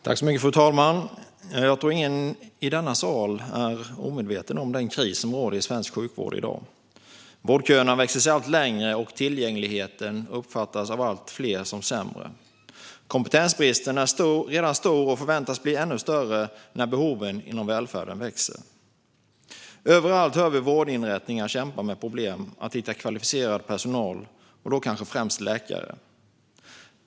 Fru talman! Jag tror inte att någon i denna sal är omedveten om den kris som råder i svensk sjukvård i dag. Vårdköerna växer sig allt längre, och tillgängligheten uppfattas av allt fler som sämre. Kompetensbristen är redan stor och förväntas bli ännu större när behoven inom välfärden växer. Överallt hör vi vårdinrättningar kämpa med att hitta kvalificerad personal, kanske främst läkare.